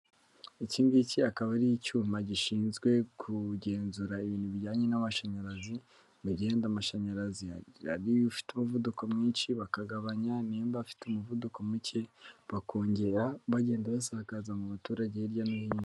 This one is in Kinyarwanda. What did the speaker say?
Ikingiki akaba ari icyuma gishinzwe kugenzura ibintu bijyanye n'amashanyarazi, mugihe yenda amashanyarazi yari ufite umuvuduko mwinshi bakagabanya, nimba afite umuvuduko muke bakongera, bagenda basakaza mu baturage hirya no hino.